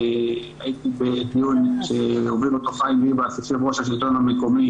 הייתי ב --- שהרבה --- השלטון המקומי